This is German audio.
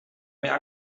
mehr